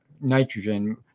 nitrogen